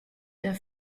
der